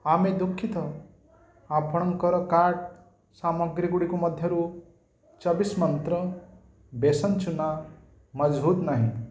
ଆମେ ଦୁଃଖିତ ଆପଣଙ୍କର କାର୍ଟ୍ ସାମଗ୍ରୀଗୁଡ଼ିକ ମଧ୍ୟରୁ ଚବିଶ ମନ୍ତ୍ର ବେସନ ଚୂନା ମହଜୁଦ ନାହିଁ